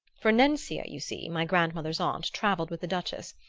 for nencia, you see, my grandmother's aunt, travelled with the duchess,